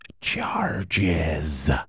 charges